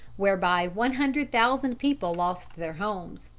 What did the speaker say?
whereby one hundred thousand people lost their homes.